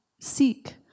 seek